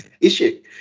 issue